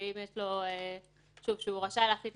שהוא רשאי לא להחליט,